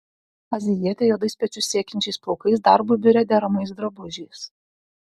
azijietė juodais pečius siekiančiais plaukais darbui biure deramais drabužiais